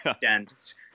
dense